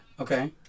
Okay